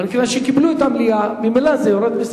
אבל מכיוון שקיבלו את המליאה, ממילא זה יורד.